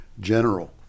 general